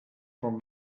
from